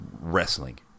wrestling